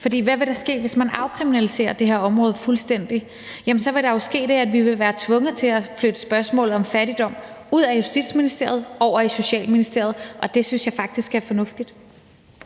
hvad vil der ske, hvis man afkriminaliserer det her område fuldstændig? Jamen så vil der jo ske det, at vi vil være tvunget til at flytte spørgsmålet om fattigdom ud af Justitsministeriet og over i Socialministeriet, og det synes jeg faktisk er fornuftigt.